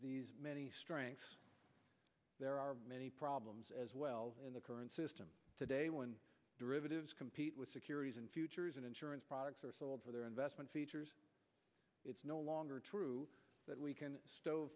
the many strengths there are many problems as well in the current system today when derivatives compete with securities and futures and insurance products are sold for their investment features it's no longer true that we can